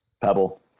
Pebble